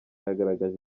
yagaragaje